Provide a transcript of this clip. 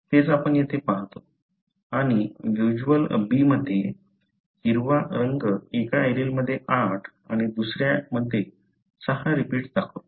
तेच आपण येथे पाहतो आणि व्हिज्युअल B मध्ये हिरवा रंग एका एलीलमध्ये 8 आणि दुसऱ्यामध्ये 6 रिपीट्स दाखवतो